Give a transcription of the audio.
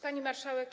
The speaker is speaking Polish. Pani Marszałek!